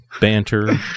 banter